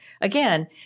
Again